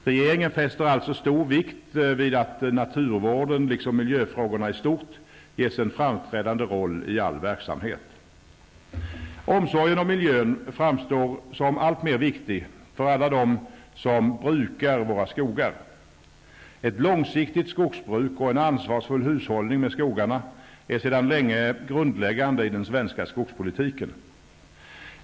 Regeringen fäster alltså stor vikt vid att naturvården liksom miljöfrågorna i stort ges en framträdande roll i all verksamhet. Omsorgen om miljön framstår som alltmera viktig för alla de som brukar våra skogar. Ett långsiktigt skogsbruk och en ansvarsfull hushållning med skogarna är sedan länge grundläggande i den svenska skogspolitiken.